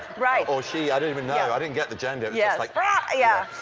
right. or she. i don't even know. i didn't get the gender. yeah like ah yeah